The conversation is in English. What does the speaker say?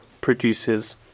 produces